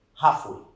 halfway